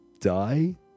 die